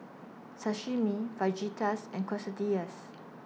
Sashimi Fajitas and Quesadillas